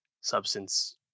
substance